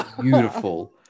beautiful